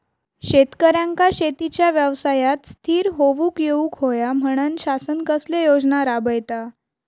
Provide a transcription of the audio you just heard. शेतकऱ्यांका शेतीच्या व्यवसायात स्थिर होवुक येऊक होया म्हणान शासन कसले योजना राबयता?